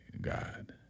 God